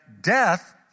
death